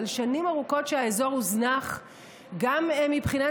אבל שנים ארוכות שהאזור הוזנח גם מבחינת